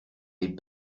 les